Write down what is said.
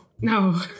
no